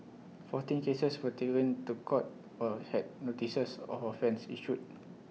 fourteen cases were taken to court or had notices of offence issued